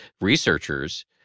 researchers